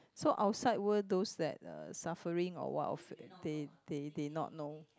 so outside world those that uh suffering or what of they they they not know